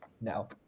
No